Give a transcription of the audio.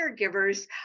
caregivers